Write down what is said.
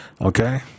Okay